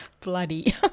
bloody